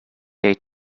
they